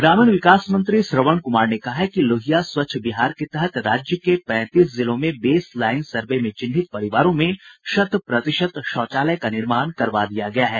ग्रामीण विकास मंत्री श्रवण कुमार ने कहा है कि लोहिया स्वच्छ बिहार के तहत राज्य के पैंतीस जिलों में बेस लाईन सर्वे में चिन्हित परिवारों में शत प्रतिशत शौचालय का निर्माण करवा दिया गया है